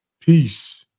Peace